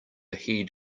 heed